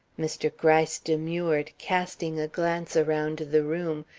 mr. gryce demurred, casting a glance around the room,